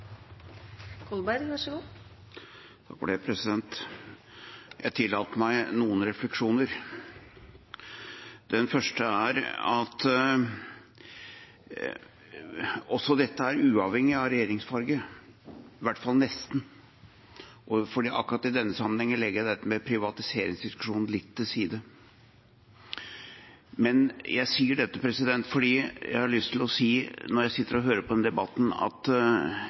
at også dette er uavhengig av regjeringsfarge, i hvert fall nesten, for akkurat i denne sammenhengen legger jeg dette med privatiseringsdiskusjonen litt til side. Jeg har lyst til å si, når jeg sitter og hører på denne debatten, at